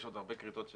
יש עוד הרבה כריתות.